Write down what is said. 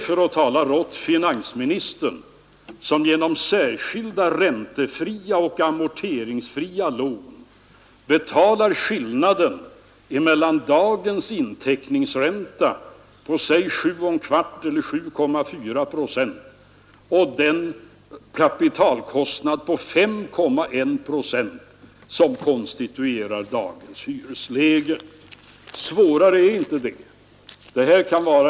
För att tala rått är det finansministern, som genom särskilda räntefria och amorteringsfria lån betalar skillnaden mellan dagens inteckningsränta på 7,25 eller 7,4 procent och den kapitalkostnad på 5,1 procent som konstituerar dagens hyresläge. Svårare är det inte.